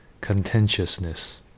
contentiousness